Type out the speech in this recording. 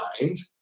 mind